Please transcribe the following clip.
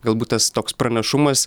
galbūt tas toks pranašumas